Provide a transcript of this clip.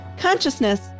consciousness